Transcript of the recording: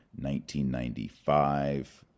1995